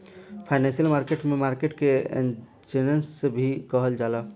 financial market में market के exchange भी कहल जाला